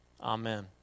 Amen